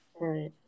Right